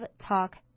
talk